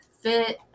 fit